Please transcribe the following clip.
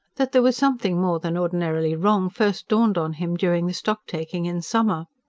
that there was something more than ordinarily wrong first dawned on him during the stock-taking in summer.